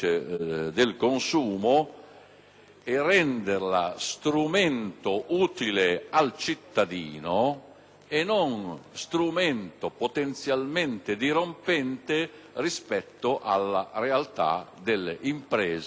per renderla strumento utile al cittadino e non potenzialmente dirompente rispetto alla realtà delle imprese o degli enti pubblici.